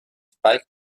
spike